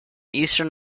eastern